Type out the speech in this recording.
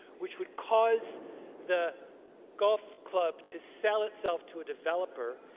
which would cause the golf club to sell itself to a developer.